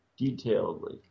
detailedly